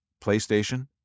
PlayStation